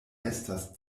estas